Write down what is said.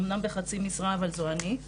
אמנם בחצי משרה אבל זו אני,